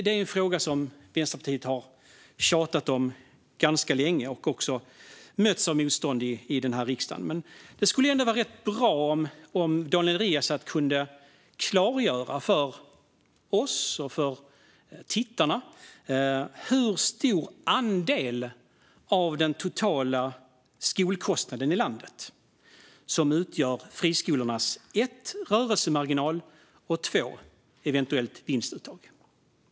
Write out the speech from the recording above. Det är en fråga som Vänsterpartiet har tjatat om ganska länge, och de har också mötts av motstånd i den här riksdagen. Det skulle ändå vara rätt bra om Daniel Riazat kunde klargöra för oss och för tittarna hur stor andel av den totala skolkostnaden i landet som utgör för det första friskolornas rörelsemarginal och för det andra eventuella vinstuttag.